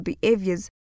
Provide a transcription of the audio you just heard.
behaviors